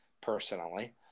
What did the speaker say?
personally